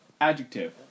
Adjective